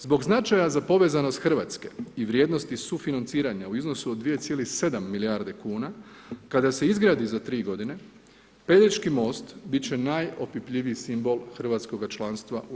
Zbog značaja za povezanost Hrvatske i vrijednosti sufinancirati u iznosu od 2,7 milijardi kn, kada se izgradi za 3 g. Pelješki most, biti će najopipljiviji simbol hrvatskoga članstva u EU.